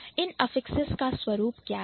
इन affixes affixes का स्वरूप क्या है